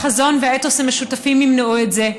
החזון והאתוס המשותפים ימנעו את זה.